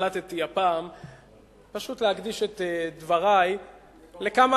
החלטתי הפעם פשוט להקדיש את דברי, לבר-און.